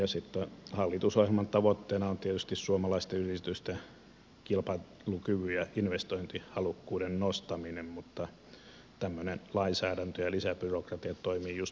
sitten hallitusohjelman tavoitteena on tietysti suomalaisten yritysten kilpailukyvyn ja investointihalukkuuden nostaminen mutta tämmöinen lainsäädäntö ja lisäbyrokratia toimivat just päinvastoin